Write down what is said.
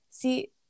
See